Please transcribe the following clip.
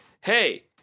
Hey